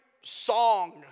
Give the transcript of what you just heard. song